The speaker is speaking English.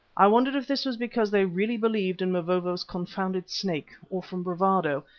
i wondered if this was because they really believed in mavovo's confounded snake, or from bravado,